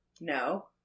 No